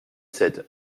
sept